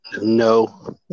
No